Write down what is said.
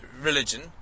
religion